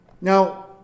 Now